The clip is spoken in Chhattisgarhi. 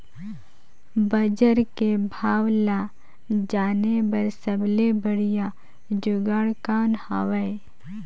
बजार के भाव ला जाने बार सबले बढ़िया जुगाड़ कौन हवय?